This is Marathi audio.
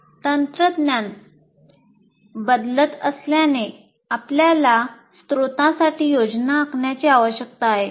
तंत्रज्ञान बदलत असल्याने आपल्याला स्रोतांसाठी योजना आखण्याची आवश्यकता आहे